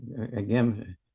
again